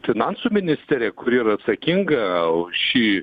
finansų ministerija kuri yra atsakinga už šį